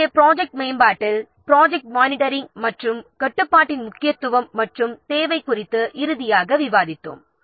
எனவே ப்ராஜெக்ட் மேம்பாட்டில் project monitoring மற்றும் கட்டுப்பாட்டின் முக்கியத்துவம் மற்றும் தேவை குறித்து இறுதியாக விவாதித்தோம்